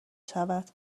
شود